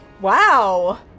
Wow